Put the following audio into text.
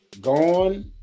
gone